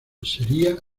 sería